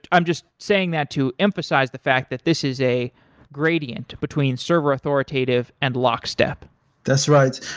i'm just saying that to emphasize the fact that this is a gradient between server authoritative and lockstep that's right.